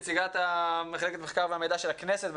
נציגת מחלקת המחקר והמידע של הכנסת.